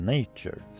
Nature